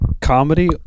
comedy